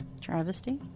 Travesty